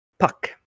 Puck